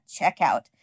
checkout